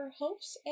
hopes